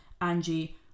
Angie